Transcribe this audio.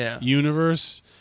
universe